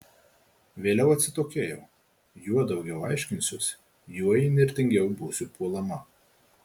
vėliau atsitokėjau juo daugiau aiškinsiuosi juo įnirtingiau būsiu puolama